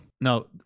No